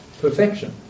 Perfection